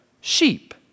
sheep